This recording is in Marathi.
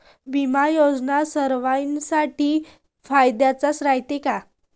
बिमा योजना सर्वाईसाठी फायद्याचं रायते का?